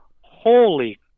holy